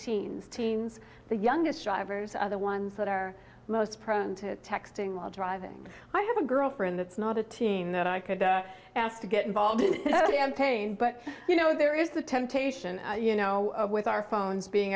teens teens the youngest drivers are the ones that are most prone to texting while driving i have a girlfriend that's not a teen that i could ask to get involved in paying but you know there is the temptation you know with our phones being